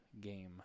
game